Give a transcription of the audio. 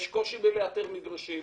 יש קושי באיתור מגרשים,